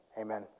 Amen